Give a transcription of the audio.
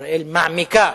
ישראל מעמיקה